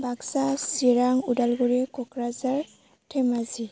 Baksa Chirang Udalguri Kokrajhar Dhemaji